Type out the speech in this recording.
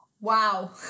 Wow